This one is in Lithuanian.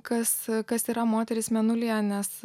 kas kas yra moterys mėnulyje nes